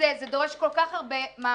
זה דורש כל כך הרבה מאמץ,